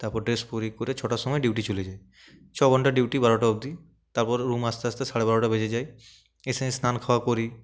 তাপর ড্রেস পরি করে ছটার সময় ডিউটি চলে যাই ছঘন্টার ডিউটি বারোটা অবধি তারপর রুম আসতে আসতে সাড়ে বারোটা বেজে যায় এসে স্নান খাওয়া করি